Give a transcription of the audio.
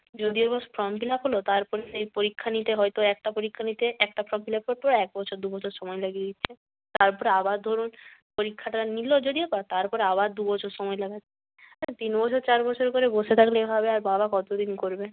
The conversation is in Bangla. যদিও বা ফর্ম ফিল আপ হলো তারপরে সেই পরীক্ষা নিতে হয়তো একটা পরীক্ষা নিতে একটা ফর্ম ফিল আপের পর এক বছর দু বছর সময় লাগিয়ে দিচ্ছে তারপরে আবার ধরুন পরীক্ষাটা নিলো যদিও বা তারপর আবার দু বছর সময় তিন বছর চার বছর করে বসে থাকলে এভাবে আর বাবা কতদিন করবে